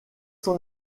son